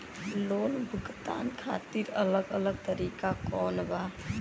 Loan भुगतान खातिर अलग अलग तरीका कौन बा?